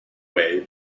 way